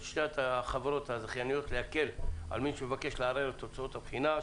שתי החברות הזכייניות להקל על מי שמבקש לערער על תוצאות הבחינה.